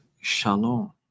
shalom